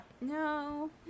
No